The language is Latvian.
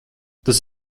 tas